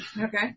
Okay